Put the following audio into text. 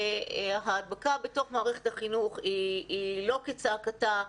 ההדבקה בתוך מערכת החינוך היא לא כצעקתה.